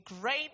great